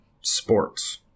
sports